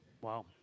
Wow